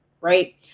right